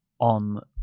on